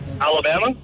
Alabama